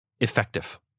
effective